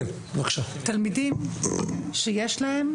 תלמידים שיש להם,